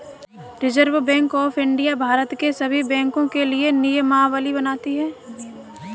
reserve bank of India Bharat के सभी बैंकों के लिए नियमावली बनाती है